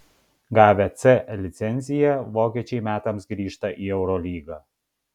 gavę c licenciją vokiečiai metams grįžta į eurolygą